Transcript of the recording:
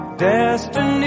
destiny